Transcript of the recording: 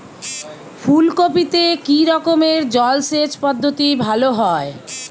ফুলকপিতে কি রকমের জলসেচ পদ্ধতি ভালো হয়?